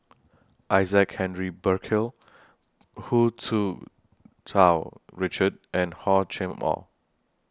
Isaac Henry Burkill Hu Tsu Tau Richard and Hor Chim Or